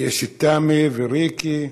יש את תמי וריקי.